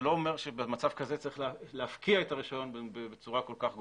זה לא אומר שבמצב כזה צריך להפקיע את הרישיון בצורה כל כך גורפת.